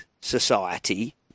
society